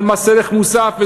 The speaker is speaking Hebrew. על מס ערך מוסף,